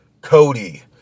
Cody